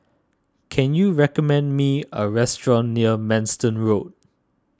can you recommend me a restaurant near Manston Road